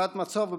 "הקפאת מצב",